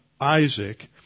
Isaac